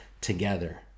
together